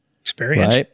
Experience